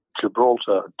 Gibraltar